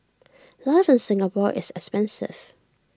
life in Singapore is expensive